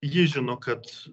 jis žino kad